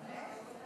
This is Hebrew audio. חמש?